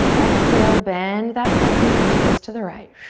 exhale, bend that front knee, twist to the right.